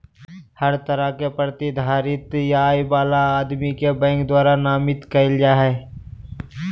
हर तरह के प्रतिधारित आय वाला आदमी के बैंक द्वारा नामित कईल जा हइ